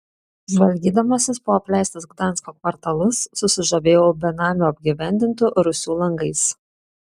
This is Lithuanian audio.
žvalgydamasis po apleistus gdansko kvartalus susižavėjau benamių apgyvendintų rūsių langais